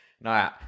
No